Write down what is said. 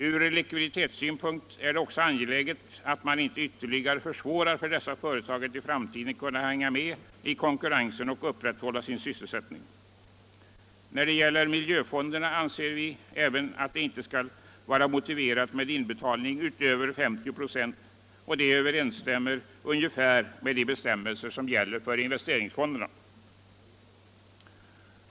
Från likviditetssynpunkt är det också angeläget att man inte ytterligare försvårar för dessa företag att i framtiden hänga med i konkurrensen och att upprätthålla sin sysselsättning. När det gäller miljöfonderna anser vi vidare att det inte är motiverat med inbetalningar utöver 50 946 av det ursprungligen tänkta beloppet. Detta skulle överensstämma med de bestämmelser som gäller för investeringsfonderna.